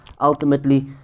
ultimately